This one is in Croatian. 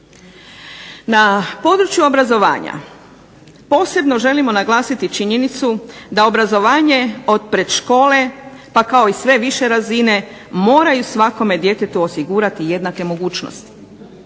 Na području obrazovanja posebno želimo naglasiti činjenicu da obrazovanje od predškole pa kao i sve više razine moraju svakome djetetu osigurati jednake mogućnosti.